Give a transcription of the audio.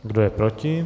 Kdo je proti?